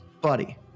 Buddy